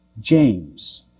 James